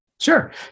Sure